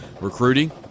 Recruiting